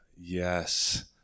yes